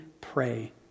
pray